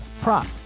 prop